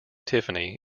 tiffany